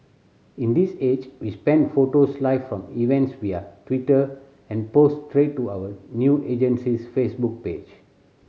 in this age we spend photos live from events via Twitter and post straight to our new agency's Facebook page